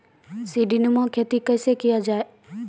सीडीनुमा खेती कैसे किया जाय?